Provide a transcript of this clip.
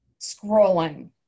scrolling